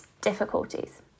difficulties